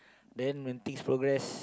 then when things progress